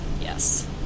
yes